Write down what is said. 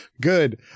Good